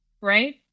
right